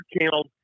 channels